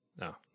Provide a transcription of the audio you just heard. No